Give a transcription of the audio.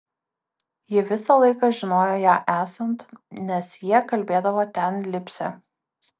ji visą laiką žinojo ją esant nes jie kalbėdavo ten lipsią